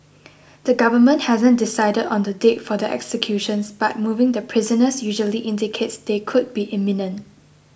the government hasn't decided on the date for the executions but moving the prisoners usually indicates they could be imminent